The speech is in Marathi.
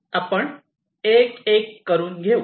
आपण एक एक करून घेऊ